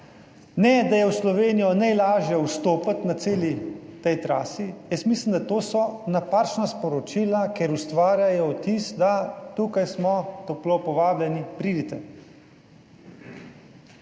ne da je v Slovenijo najlažje vstopiti na celi tej trasi. Jaz mislim, da to so napačna sporočila, ker ustvarjajo vtis, da tukaj smo toplo povabljeni, pridit.